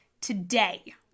today